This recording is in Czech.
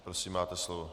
Prosím, máte slovo.